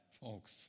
folks